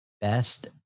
best